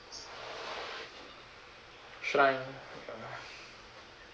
shrine uh